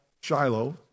Shiloh